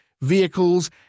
vehicles